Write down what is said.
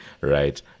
right